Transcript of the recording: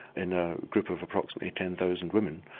in a group of approximately ten thousand women,